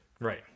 Right